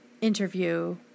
interview